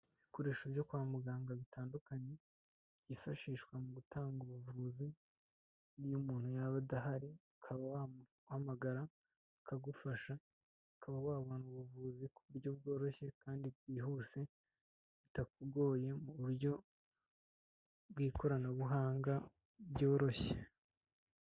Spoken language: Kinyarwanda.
Ibikoresho byo kwa muganga bitandukanye byifashishwa mu gutanga ubuvuzi, n'iyo umuntu yaba adahari ukaba wamuhamagara akagufasha, ukaba wabona ubuvuzi ku buryo bworoshye kandi bwihuse bitakugoye mu buryo bw'ikoranabuhanga byoroshye.